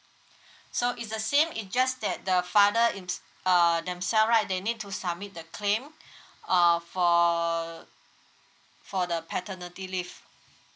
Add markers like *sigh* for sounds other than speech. *breath* so it's the same it just that the father err themself right they need to submit the claim *breath* err for for the paternity leave